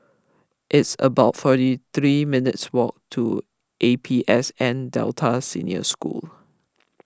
it's about forty three minutes' walk to A P S N Delta Senior School